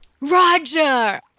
Roger